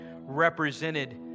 represented